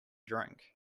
drink